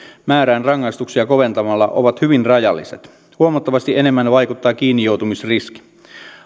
määrään rangaistuksia koventamalla ovat hyvin rajalliset huomattavasti enemmän vaikuttaa kiinnijoutumisriski